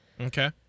Okay